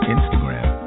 Instagram